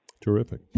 Terrific